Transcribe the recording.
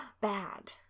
Bad